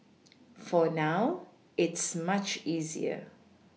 for now it's much easier